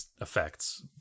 effects